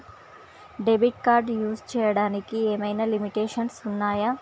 Debit card use చేయడానికి ఏమైనా limitations ఉన్నాయా?